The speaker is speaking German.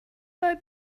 bei